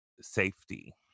safety